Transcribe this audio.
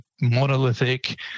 monolithic